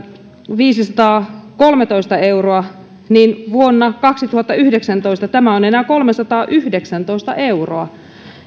viisisataakolmetoista euroa niin vuonna kaksituhattayhdeksäntoista tämä on enää kolmesataayhdeksäntoista euroa